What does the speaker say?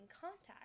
contact